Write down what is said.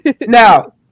Now